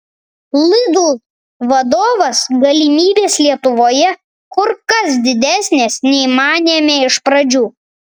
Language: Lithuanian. lidl vadovas galimybės lietuvoje kur kas didesnės nei manėme iš pradžių